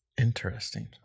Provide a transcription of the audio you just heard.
Interesting